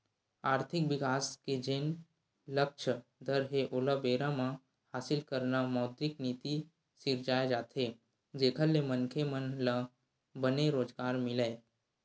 आरथिक बिकास के जेन लक्छ दर हे ओला बेरा म हासिल करना मौद्रिक नीति सिरजाये जाथे जेखर ले मनखे मन ल बने रोजगार मिलय